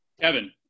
Kevin